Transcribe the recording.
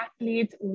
athletes